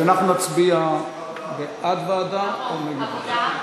אז אנחנו נצביע בעד ועדה או נגד.